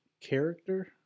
character